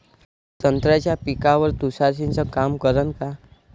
संत्र्याच्या पिकावर तुषार सिंचन काम करन का?